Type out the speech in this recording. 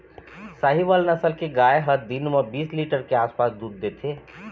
साहीवाल नसल के गाय ह दिन म बीस लीटर के आसपास दूद देथे